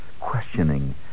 questioning